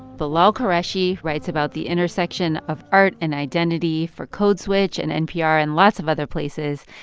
bilal qureshi writes about the intersection of art and identity for code switch and npr and lots of other places.